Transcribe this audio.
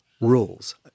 rules